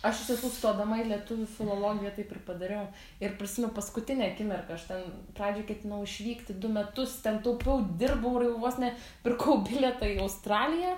aš iš tiesų stodama į lietuvių filologiją taip ir padariau ir prisimu paskutinę akimirką aš ten pradžioj ketinau išvykti du metus ten taupiau dirbau ir vos ne pirkau bilietą į australiją